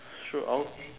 show out